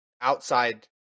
outside